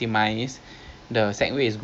oh eleven to fifteen december